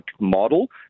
model